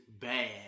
bad